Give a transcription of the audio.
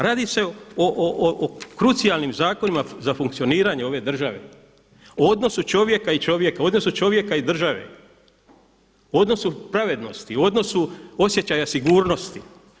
Radi se o krucijalnim zakonima za funkcioniranje ove države, o odnosu čovjeka i čovjeka, o odnosu čovjeka i države, o odnosu pravednosti, o odnosu osjećaja sigurnosti.